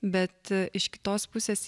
bet iš kitos pusės